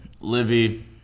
Livy